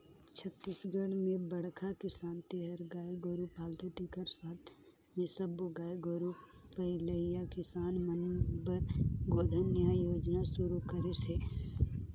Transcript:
छत्तीसगढ़ में बड़खा किसान जेहर गाय गोरू पालथे तेखर साथ मे सब्बो गाय गोरू पलइया किसान मन बर गोधन न्याय योजना सुरू करिस हे